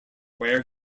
where